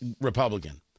Republican